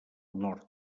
nord